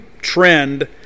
trend